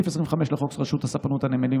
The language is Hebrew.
3. סעיף 25 לחוק רשות הספנות והנמלים,